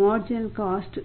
சரியா